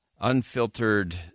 unfiltered